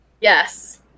Yes